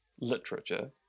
literature